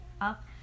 up